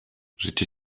życie